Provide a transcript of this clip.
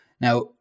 Now